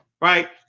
right